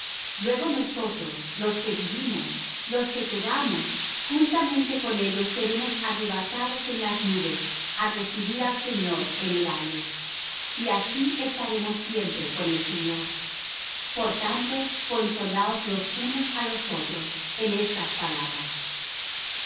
luego nosotros los que vivimos los que quedamos juntamente con ellos seremos arrebatados en las nubes á recibir al señor en el aire y así estaremos siempre con el señor por tanto consolaos los unos á los otros en estas palabras